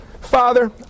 Father